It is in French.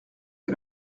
que